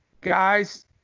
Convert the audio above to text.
guys